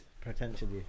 potentially